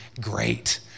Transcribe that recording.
great